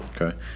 Okay